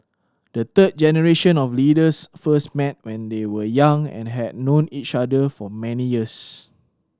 the third generation of leaders first met when they were young and had known each other for many years